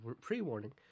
pre-warning